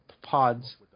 pods